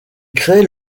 créent